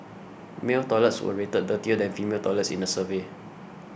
male toilets were rated dirtier than female toilets in the survey